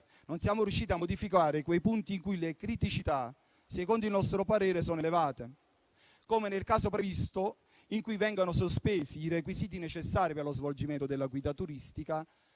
Non siamo riusciti a modificare quei punti in cui le criticità, secondo il nostro parere, sono elevate, come nel caso previsto in cui vengano sospesi i requisiti necessari per lo svolgimento dell'attività di guida turistica